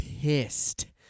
pissed